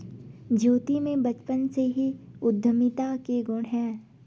ज्योति में बचपन से ही उद्यमिता के गुण है